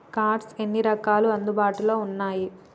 Cards ఎన్ని రకాలు అందుబాటులో ఉన్నయి?